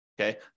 okay